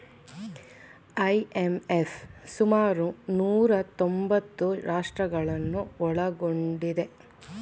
IMF ಸುಮಾರು ನೂರಾ ತೊಂಬತ್ತು ರಾಷ್ಟ್ರಗಳನ್ನು ಒಳಗೊಂಡಿದೆ